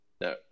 No